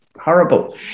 horrible